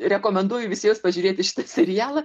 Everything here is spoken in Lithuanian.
rekomenduoju visi jūs pažiūrėti šitą serialą